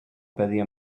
perdia